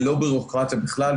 ללא ביורוקרטיה בכלל.